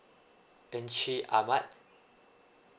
encik ahmad